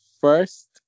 first